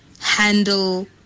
handle